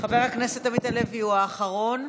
חבר הכנסת עמית הלוי הוא האחרון.